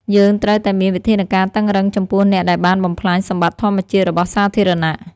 យើងត្រូវតែមានវិធានការតឹងរ៉ឹងចំពោះអ្នកដែលបំផ្លាញសម្បត្តិធម្មជាតិរបស់សាធារណៈ។